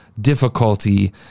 difficulty